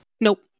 Nope